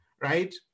right